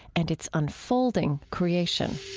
and its unfolding creation